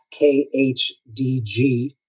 khdg